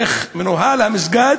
איך מנוהל המסגד,